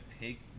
take